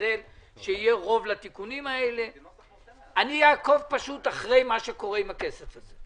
אשתדל שאכן יהיה רוב לתיקונים אני אעקוב אחרי מה שקורה עם הכסף הזה,